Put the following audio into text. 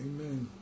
Amen